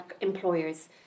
employers